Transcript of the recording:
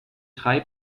drei